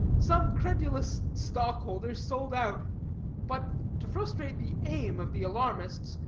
some credulous stock-holders sold out but, to frustrate the aim of the alarmists,